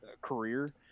career